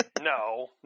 no